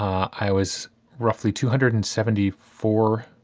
i was roughly two hundred and seventy four.